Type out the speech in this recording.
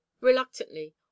reluctantly